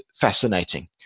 fascinating